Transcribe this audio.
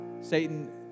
Satan